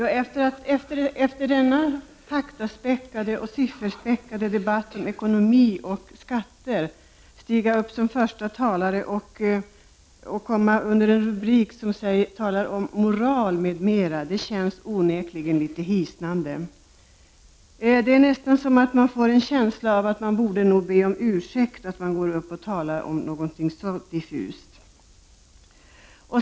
Herr talman! Efter denna faktaoch sifferspäckade debatt om ekonomi och skatter stiger jag upp som förste talare och skall hålla ett anförande under en rubrik som talar om moral m.m., vilket onekligen känns litet hisnande. Man får nästan en känsla av att man borde be om ursäkt för att man går upp och talar om någonting så diffust.